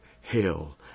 hell